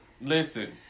Listen